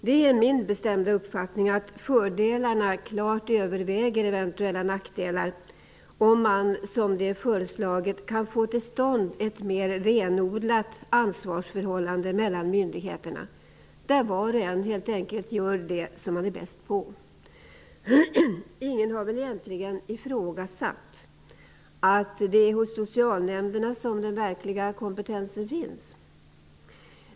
Det är min bestämda uppfattning att fördelarna klart överväger eventuella nackdelar om man som nu är föreslaget kan få till stånd ett mer renodlat ansvarsförhållande mellan myndigheterna, där var och en helt enkelt gör det som man är bäst på. Det är väl egentligen inte någon som har ifrågasatt att det är hos socialnämnderna som den verkliga kompetensen finns.